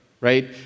right